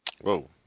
Whoa